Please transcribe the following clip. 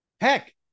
Heck